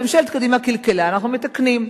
אז ממשלת קדימה קלקלה, אנחנו מתקנים.